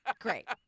great